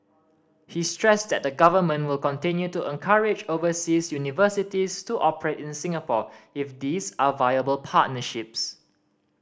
he stressed that the Government will continue to encourage overseas universities to operate in Singapore if these are viable partnerships